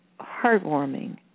heartwarming